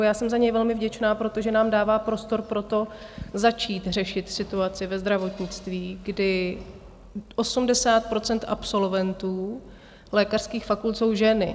Já jsem za něj velmi vděčná, protože nám dává prostor pro to, začít řešit situaci ve zdravotnictví, kdy 80 % absolventů lékařských fakult jsou ženy.